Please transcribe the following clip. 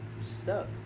stuck